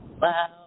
Wow